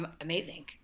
Amazing